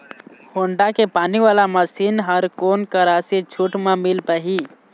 Honda के पानी वाला मशीन हर कोन करा से छूट म मिल पाही?